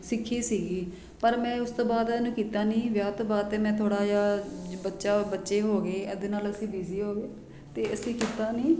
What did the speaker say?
ਸਿੱਖੀ ਸੀਗੀ ਪਰ ਮੈਂ ਉਸ ਤੋਂ ਬਾਅਦ ਇਹਨੂੰ ਕੀਤਾ ਨਹੀਂ ਵਿਆਹ ਤੋਂ ਬਾਅਦ ਅਤੇ ਮੈਂ ਥੋੜ੍ਹਾ ਜਿਹਾ ਬੱਚਾ ਬੱਚੇ ਹੋ ਗਏ ਇਹਦੇ ਨਾਲ ਅਸੀਂ ਬਿਜ਼ੀ ਹੋ ਗਏ ਤਾਂ ਅਸੀਂ ਕੀਤਾ ਨਹੀਂ